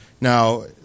Now